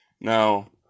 Now